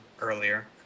earlier